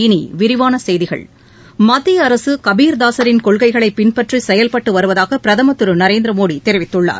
இனி விரிவான செய்திகள் மத்திய அரசு கபீர்தாஸரின் கொள்கைகளை பின்பற்றி செயல்பட்டு வருதாக பிரதமர் திரு நரேந்திர மோடி தெரிவித்துள்ளார்